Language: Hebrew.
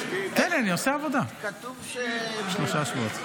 שלושה שבועות.